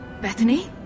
Bethany